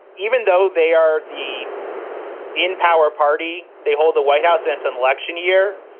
even though they are the in power party, they hold the white house. it's an election year.